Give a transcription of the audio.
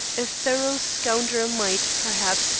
a thorough scoundrel might, perhaps,